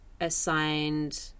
assigned